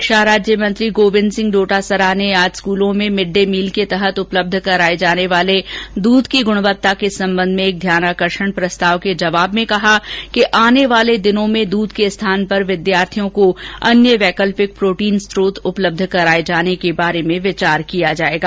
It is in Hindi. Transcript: शिक्षा राज्य मंत्री गोविंद सिंह डोटासरा ने आज स्कूलों में मिड डे मील के तहत उपलब्ध कराए जाने वाले दूध की ग्णवत्ता के संबंध में एक ध्यानाकर्षण प्रस्ताव के जवाब में कहा कि आने वाले दिनों में दूध के स्थान पर विद्यार्थियों को अन्य वैकल्पिक प्रोटीन स्रोत उपलब्ध कराए जाने के बारे में विचार किया जाएगा